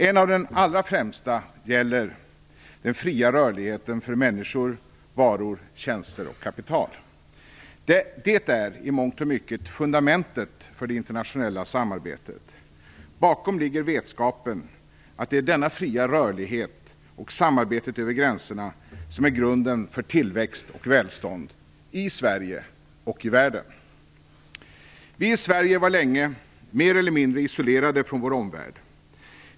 En av de allra främsta gäller den fria rörligheten för människor, varor, tjänster och kapital. Det är i mångt och mycket fundamentet för det internationella samarbetet. Bakom ligger vetskapen att det är denna fria rörlighet och samarbetet över gränserna som är grunden för tillväxt och välstånd, i Sverige och i världen. Vi i Sverige var länge mer eller mindre isolerade från vår omvärld.